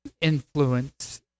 influence